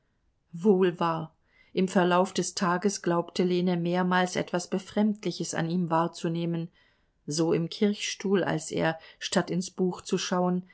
wohl wahr im verlauf des tages glaubte lene mehrmals etwas befremdliches an ihm wahrzunehmen so im kirchstuhl als er statt ins buch zu schauen